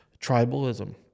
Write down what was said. tribalism